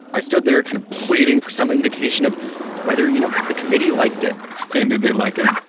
i stood there kind of waiting for some indication of whether, you know, the committee liked it and did they like it?